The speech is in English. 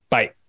Bye